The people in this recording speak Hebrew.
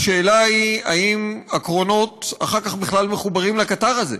השאלה היא אם הקרונות אחר כך בכלל מחוברים לקטר הזה.